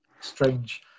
strange